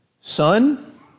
Son